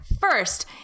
first